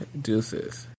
Deuces